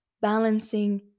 Balancing